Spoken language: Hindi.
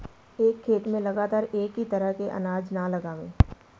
एक खेत में लगातार एक ही तरह के अनाज न लगावें